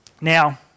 Now